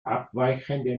abweichende